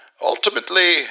Ultimately